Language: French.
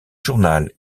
journal